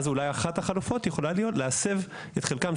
אחת החלופות יכולה להסב את חלקם,